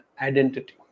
identity